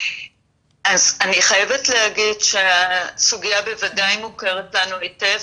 אני חייבת להגיד שהסוגיה בוודאי מוכרת לנו היטב.